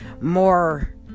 More